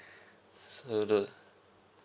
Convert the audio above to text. so the